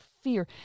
fear